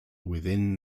within